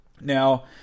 Now